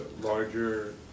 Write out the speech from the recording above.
larger